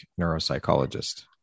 neuropsychologist